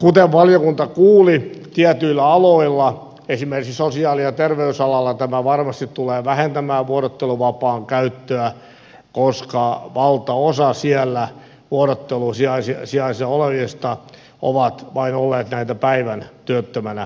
kuten valiokunta kuuli tietyillä aloilla esimerkiksi sosiaali ja terveysalalla tämä varmasti tulee vähentämään vuorotteluvapaan käyttöä koska valtaosa siellä vuorottelusijaisina olevista on ollut näitä vain päivän työttömänä olleita